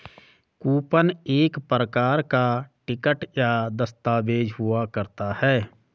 coupon एक प्रकार का टिकट या दस्ताबेज हुआ करता है